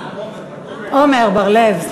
עמר בר-לב.